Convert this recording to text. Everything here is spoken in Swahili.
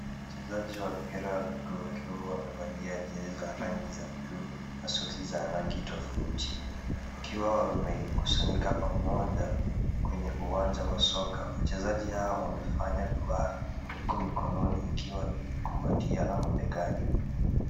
Wachezaji wa mpira ya mguu wakiwa wamevalia jezi za rangi ya buluu na suti za rangi tofauti, wakiwa wamekusanyika pamoja kwenye uwanja wa soka. Wachezaji hawa wamefanya duara huku mikononi ikiwa imekumbatiana mabegani.